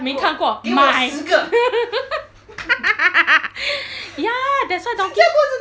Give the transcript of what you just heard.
没看过买 ya that's why donki